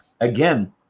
again